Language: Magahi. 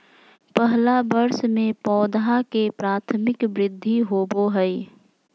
पहला वर्ष में पौधा के प्राथमिक वृद्धि होबो हइ